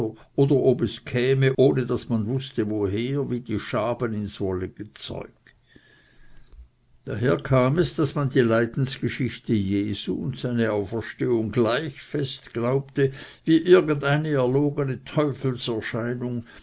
oder ob es käme ohne daß man wußte woher wie die schaben ins wollene zeug daher kam es daß man die leidensgeschichte jesu und seine auferstehung gleich fest glaubte wie irgendeine erlogene